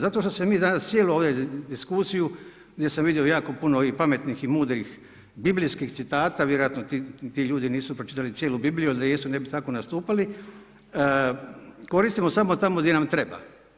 Zato što se mi cijelu ovdje diskusiju, gdje sam vidio jako putno ovih pametnih i mudrih biblijskih citata, vjerojatno ti ljudi nisu pročitali cijelu Bibliju, jer da jesu ne bi tako nastupali, koristimo samo tamo gdje nam treba.